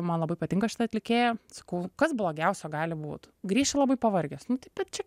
man labai patinka šita atlikėja sakau kas blogiausio gali būt grįšiu labai pavargęs nu taip bet čia